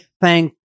thank